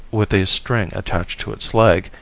with a string attached to its leg,